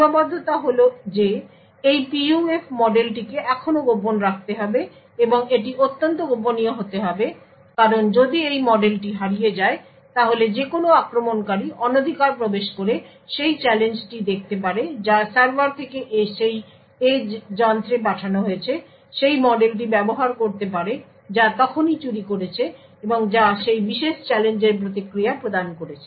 সীমাবদ্ধতা হল যে এই PUF মডেলটিকে এখনও গোপন রাখটাইমতে হবে এবং এটি অত্যন্ত গোপনীয় হতে হবে কারণ যদি এই মডেলটি হারিয়ে যায় তাহলে যে কোনও আক্রমণকারী অনধিকার প্রবেশ করে সেই চ্যালেঞ্জটি দেখতে পারে যা সার্ভার থেকে সেই এজ যন্ত্রে পাঠানো হয়েছে সেই মডেলটি ব্যবহার করতে পারে যা তখনই চুরি করেছে এবং যা সেই বিশেষ চ্যালেঞ্জের প্রতিক্রিয়া প্রদান করেছে